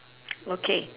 okay